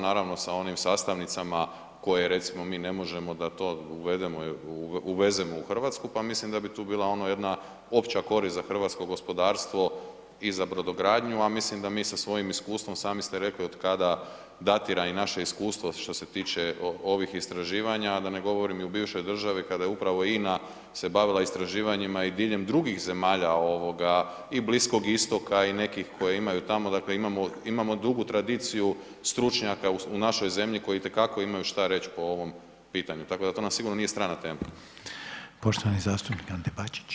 Naravno sa onim sastavnicama koje recimo, mi ne možemo da to uvedemo uvezemo u Hrvatsku, pa mislim da bi tu bila ono jedna opća korist za hrvatsko gospodarstvo i za brodogradnju, a mislim da mi sa svojim iskustvom, sami ste rekli od kada datira i naše iskustvo što se tiče ovih istraživanja, da ne govorim i u bivšoj državi kada je upravo INA se bavila istraživanjima i diljem drugih zemalja i Bliskog Istoka i nekih koji imaju tamo, dakle imamo dugu tradiciju stručnjaka u našoj zemlji koji itekako imaju što reći po ovom pitanju tako da to nam sigurno nije strana tema.